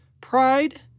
pride